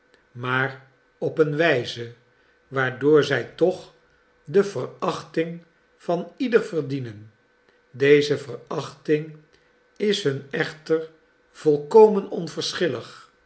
maar op een wijze waardoor zij toch de verachting van ieder verdienen deze verachting is hun echter volkomen